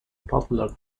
popular